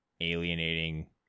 alienating